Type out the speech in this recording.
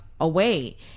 away